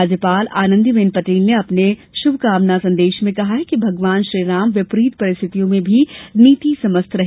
राज्यपाल आनंदीबेन पटेल ने अपने शुभकामना संदेश में कहा है कि भगवान श्रीराम विपरीत परिस्थितियों में भी नीति सम्मत रहे